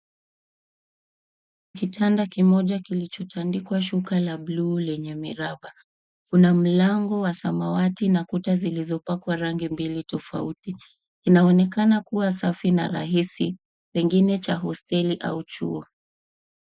Kitanda kimoja kilichotandikwa shuka la blue lenye miraba. Kuna mlango wa samawati na kuta zilizopakwa rangi mbili tofauti. Inaonekana kua safi na rahisi, pengine cha hosteli au chuo.